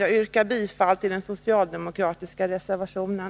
Jag yrkar bifall till den socialdemokratiska reservationen.